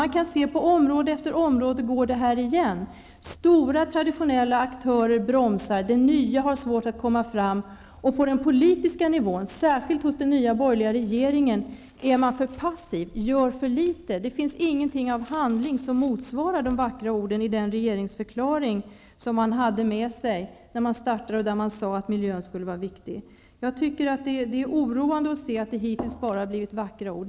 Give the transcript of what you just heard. Man kan se att det går igen på område efter område. Stora traditionella aktörer bromsar, och det nya har svårt att komma fram. På den politiska nivån, särskilt hos den nya borgerliga regeringen, är man för passiv och gör för litet. Det finns ingenting av handling som motsvarar de vackra orden i den regeringsförklaring regeringen hade med sig när den tillträdde och där man sade att miljön var viktig. Det är oroande att se att det hittills bara har blivit vackra ord.